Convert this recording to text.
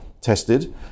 tested